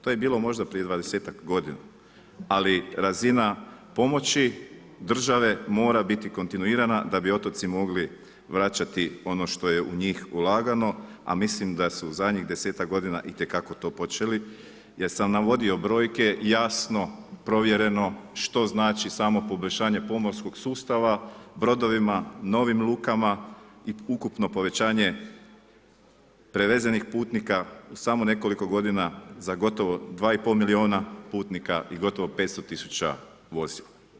To je bilo možda prije 20-ak godina, ali razina pomoći države mora biti kontinuirana da bi otoci mogli vraćati ono što je u njih ulagano, a mislim da su zadnjih 10-ak godina itekako to počeli jer sam navodio brojke jasno, provjereno što znači samo poboljšanje pomorskog sustava brodovima, novim lukama i ukupno povećanje prevezenih putnika samo nekoliko godina za gotovo 2,5 miliona putnika i gotovo 500 tisuća vozila.